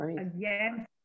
again